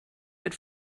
had